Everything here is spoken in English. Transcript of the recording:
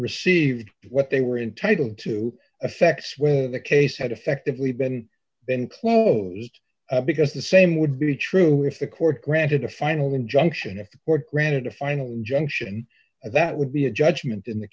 received what they were entitled to affects whether the case had effectively been then closed because the same would be true if the court granted a final injunction if the court granted a final junction that would be a judgment in the